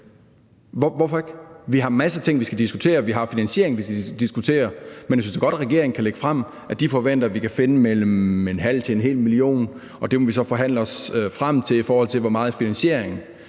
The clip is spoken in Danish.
Hvorfor ikke? Vi har en masse ting, vi skal diskutere, og vi har en finansiering, vi skal diskutere, men jeg synes da godt, regeringen kan lægge frem, at de forventer, at vi kan finde mellem 0,5 og 1 mio. kr., og det må vi så forhandle os frem til, altså i forhold til finansieringen.